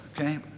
okay